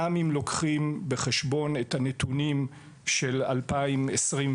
בסוף, גם אם לוקחים את הנתונים של שנת 2022,